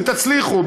אם תצליחו,